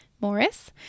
Morris